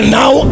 now